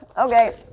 Okay